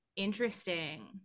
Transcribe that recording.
interesting